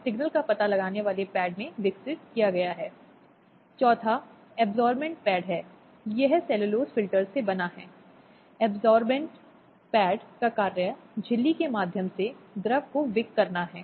इसलिए ऐसे संरक्षण अधिकारी हैं जिन्हें राज्यों द्वारा अधिसूचित किया जाना है प्रत्येक जिले में कई सुरक्षा अधिकारी हैं